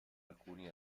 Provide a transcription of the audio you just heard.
alcuni